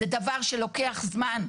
זה דבר שלוקח זמן.